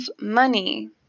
money